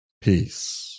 peace